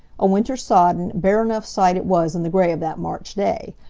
a winter-sodden, bare enough sight it was in the gray of that march day.